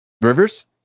Rivers